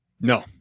No